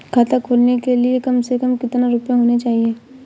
खाता खोलने के लिए कम से कम कितना रूपए होने चाहिए?